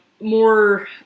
more